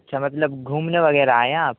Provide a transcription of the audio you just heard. اچھا مطلب گھومنے وغیرہ آئے ہیں آپ